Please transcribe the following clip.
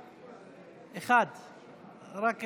כמה, אחד, רק אחד.